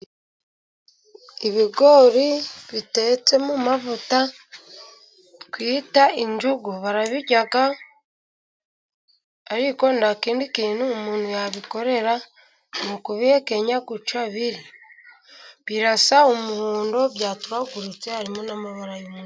Ibigori bitetse mu mavuta twita injugu barabirya, ariko nta kindi kintu umuntu yabikorera ni ukubihekenya gutya biri. Birasa umuhondo, byatugurutse, harimo n'amabara y'umweru.